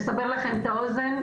לסבר לכם את האוזן,